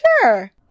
sure